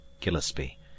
Gillespie